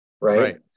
right